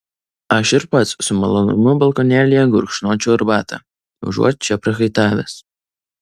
aš ir pats su malonumu balkonėlyje gurkšnočiau arbatą užuot čia prakaitavęs